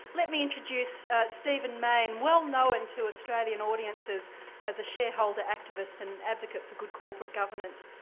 let me introduce stephen mayne, well known to australian audiences as a shareholder activist and advocate for good corporate governance.